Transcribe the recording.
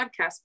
podcast